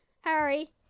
Harry